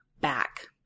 back